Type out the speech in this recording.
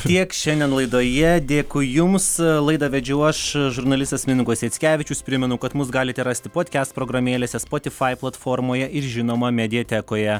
tiek šiandien laidoje dėkui jums laidą vedžiau aš žurnalistas mindaugas jackevičius primenu kad mus galite rasti podkest programėlėse spotifai platformoje ir žinoma mediatekoje